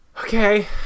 Okay